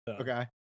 Okay